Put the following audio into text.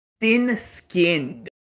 thin-skinned